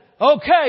Okay